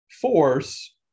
force